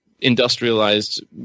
industrialized